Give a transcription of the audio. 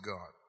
God